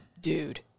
Dude